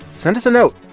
send us a note.